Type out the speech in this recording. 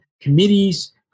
committees